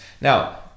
now